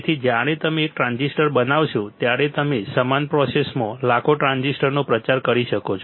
તેથી જ્યારે તમે એક ટ્રાન્ઝિસ્ટર બનાવશો ત્યારે તમે સમાન પ્રોસેસમાં લાખો ટ્રાન્ઝિસ્ટરનો પ્રચાર કરી શકો છો